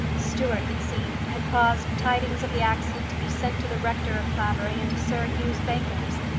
stuart, it seemed, had caused tidings of the accident to be sent to the rector of clavering and to sir hugh's bankers.